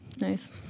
nice